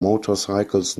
motorcycles